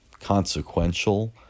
consequential